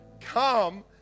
come